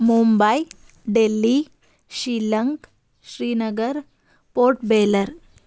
Mumbai Delhi Shillong Srinagar Port baler